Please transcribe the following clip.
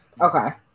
okay